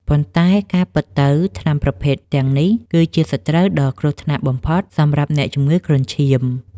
ប៉ុន្តែការពិតទៅ ថ្នាំប្រភេទទាំងនេះគឺជាសត្រូវដ៏គ្រោះថ្នាក់បំផុតសម្រាប់អ្នកជំងឺគ្រុនឈាម។